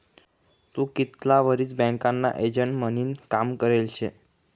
तू कितला वरीस बँकना एजंट म्हनीन काम करेल शे?